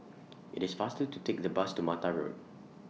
IT IS faster to Take The Bus to Mata Road